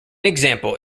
example